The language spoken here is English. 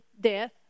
death